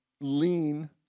lean